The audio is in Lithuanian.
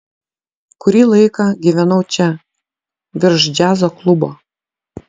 kurį laiką gyvenau čia virš džiazo klubo